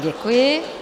Děkuji.